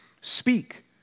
speak